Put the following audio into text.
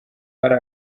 ari